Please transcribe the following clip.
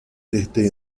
desde